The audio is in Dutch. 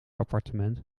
appartement